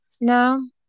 no